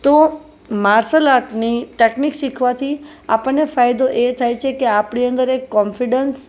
તો માર્શલ આર્ટની ટેકનિક શીખવાથી આપણને ફાયદો એ થાય છે કે આપણી અંદર એક કોન્ફિડન્સ